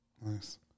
Nice